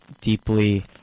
deeply